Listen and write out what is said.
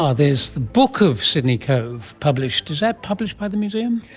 ah there's the book of sydney cove, published, is that published by the museum?